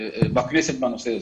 בכנסת בנושא הזה.